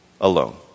alone